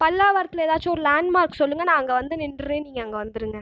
பல்லாவரத்தில் ஏதாச்சும் ஒரு லேண்ட் மார்க் சொல்லுங்கள் நான் அங்கே வந்து நின்றேன் நீங்கள் அங்கே வந்துருங்கள்